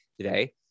today